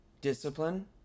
discipline